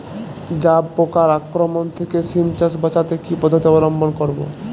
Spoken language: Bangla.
জাব পোকার আক্রমণ থেকে সিম চাষ বাচাতে কি পদ্ধতি অবলম্বন করব?